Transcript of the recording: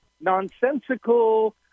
nonsensical